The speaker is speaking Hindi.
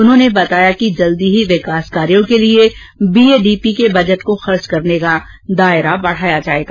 उन्होंने बताया कि जल्दी ही विकास कार्यों के लिए बी ए डी पी के बजट को खर्च करने का दायरा बढ़ाया जाएगा